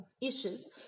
issues